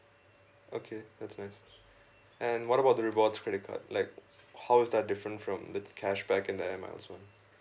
okay that's nice and what about the rewards credit card like how is that different from the cashback and the air miles one